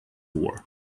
war